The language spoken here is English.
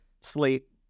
slate